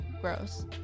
gross